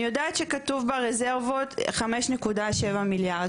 אני יודעת שכתוב ברזרבות 5.7 מיליארד,